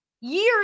years